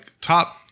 top